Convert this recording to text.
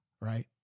Right